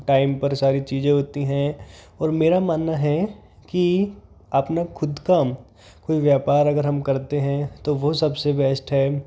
time पर सारी चीज़ें होती हैं और मेरा मानना है कि अपना खुद काम कोई व्यापार अगर हम करते हैं तो वो सबसे बेस्ट है